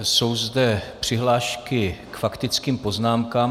Jsou zde přihlášky k faktickým poznámkám.